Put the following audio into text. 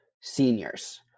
seniors